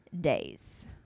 days